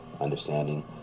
understanding